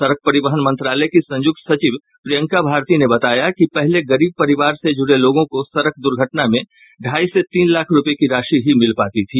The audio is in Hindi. सड़क परिवहन मंत्रालय की संयुक्त सचिव प्रियंका भारती ने बताया कि पहले गरीब परिवार से जुड़े लोगों को सड़क दुर्घटना में ढाई से तीन लाख रूपये की राशि ही मिल पाती थी